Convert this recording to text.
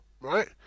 right